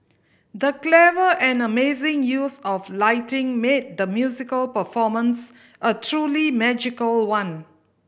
the clever and amazing use of lighting made the musical performance a truly magical one